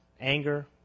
anger